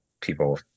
people